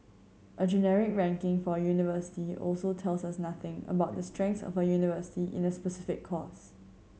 a generic ranking for a university also tell us nothing about the strengths of a university in a specific course